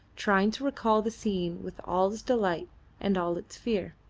trying to recall the scene with all its delight and all its fear.